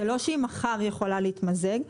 זה לא שהיא מחר יכולה להתמזג,